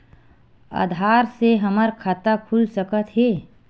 आधार से हमर खाता खुल सकत हे?